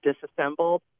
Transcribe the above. disassembled